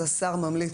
אז השר ממליץ.